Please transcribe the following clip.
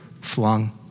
flung